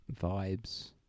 Vibes